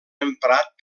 emprat